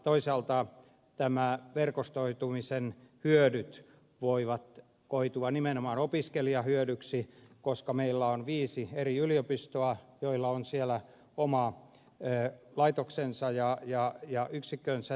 toisaalta nämä verkostoitumisen hyödyt voivat koitua nimenomaan opiskelijoiden hyödyksi koska meillä on viisi eri yliopistoa joilla on siellä oma laitoksensa ja yksikkönsä